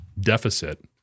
deficit